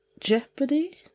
Jeopardy